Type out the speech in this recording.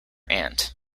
aunt